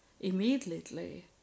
immediately